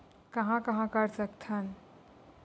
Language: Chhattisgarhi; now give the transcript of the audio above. कहां कहां कर सकथन?